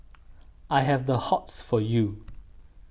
I have the hots for you